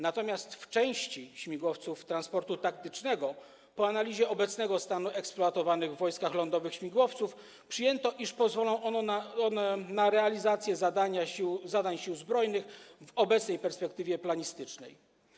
Natomiast co do części śmigłowców transportu taktycznego po analizie obecnego stanu eksploatowanych w Wojskach Lądowych śmigłowców przyjęto, iż pozwolą one na realizację zadań Sił Zbrojnych w obecnej perspektywie planistycznej.